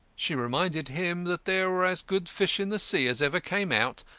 she reminded him that there were as good fish in the sea as ever came out,